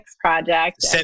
project